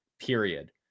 Period